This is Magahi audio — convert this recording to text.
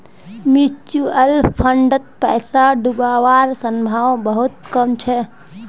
म्यूचुअल फंडत पैसा डूबवार संभावना बहुत कम छ